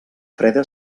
freda